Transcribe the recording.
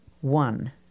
One